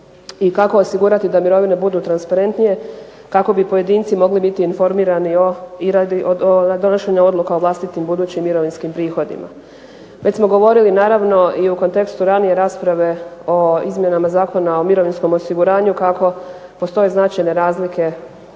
i kako osigurati da mirovine budu transparentnije kako bi pojedinci mogli biti informirani i radi donošenja odluka o vlastitim budućim mirovinskim prihodima. Već smo govorili naravno i u kontekstu ranije rasprave o izmjenama Zakona o mirovinskom osiguranju kako postoje značajne razlike